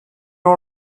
all